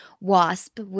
WASP